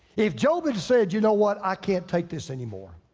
if job had said, you know what, i can't take this anymore.